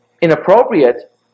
inappropriate